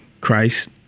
Christ